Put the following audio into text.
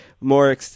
more